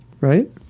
Right